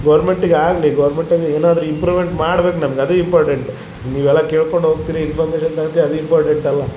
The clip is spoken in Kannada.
ಗೋರ್ಮೆಂಟಿಗೆ ಆಗಲಿ ಗೋರ್ಮೆಂಟಲ್ಲಿ ಏನಾದರು ಇಂಪ್ರುಮೆಂಟ್ ಮಾಡ್ಬೇಕ್ ನಮ್ಗೆ ಅದು ಇಂಪಾರ್ಟೆಂಟ್ ನೀವೆಲ್ಲ ಕೇಳ್ಕೊಂಡು ಹೋಗ್ತೀರಿ ಇನ್ಫಾರ್ಮೇಷನ್ ತಗೋತೀವಿ ಅದು ಇಂಪಾರ್ಡೆಂಟ್ ಅಲ್ಲ